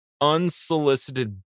unsolicited